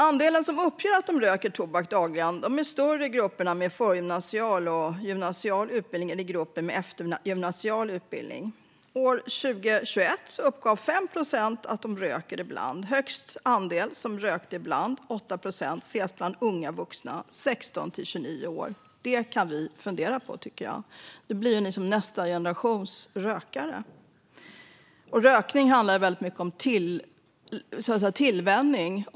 Andelen som uppger att de röker tobak dagligen är större i grupperna med förgymnasial och gymnasial utbildning än i gruppen med eftergymnasial utbildning. År 2021 uppgav 5 procent att de röker ibland. Högst andel som röker ibland, 8 procent, ses bland unga vuxna, 16-29 år. Det kan vi fundera på, för det här blir nästa generations rökare. Rökning handlar mycket om tillvänjning.